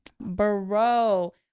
bro